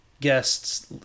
guests